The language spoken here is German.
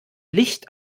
licht